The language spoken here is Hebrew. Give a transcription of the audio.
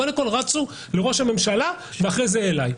קודם רצו לראש הממשלה ואחר כך אלי.